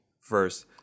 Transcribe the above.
First